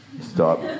stop